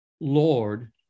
Lord